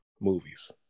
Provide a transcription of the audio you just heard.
movies